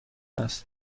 است